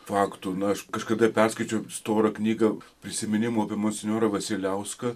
faktų na aš kažkada perskaičiau storą knygą prisiminimų apie monsinjorą vasiliauską